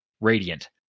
Radiant